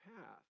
path